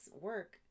work